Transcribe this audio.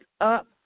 up